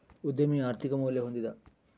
ಉದ್ಯಮಿ ಆರ್ಥಿಕ ಮೌಲ್ಯ ಹೊಂದಿದ